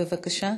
בבקשה.